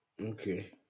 okay